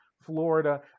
Florida